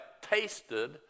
tasted